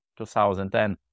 2010